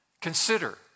Consider